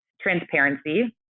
transparency